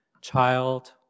child